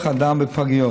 כוח האדם בפגיות,